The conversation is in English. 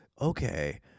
okay